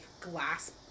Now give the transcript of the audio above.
glass